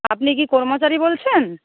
আপনি কি কর্মচারী বলছেন